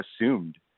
assumed